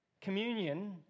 Communion